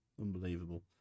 unbelievable